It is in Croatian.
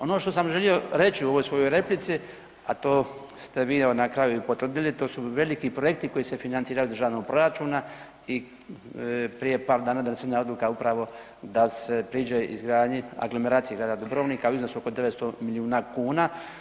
Ono što sam želio reći u ovoj svojoj replici, a to ste vi na kraju i potvrdili, to su veliki projekti koji se financiraju iz državnog proračuna i prije par dana donesena je odluka upravo da se priđe izgradnji Aglomeraciji grada Dubrovnika u iznosu oko 900 milijuna kuna.